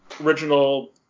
original